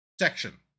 section